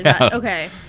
Okay